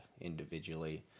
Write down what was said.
individually